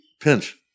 Pinch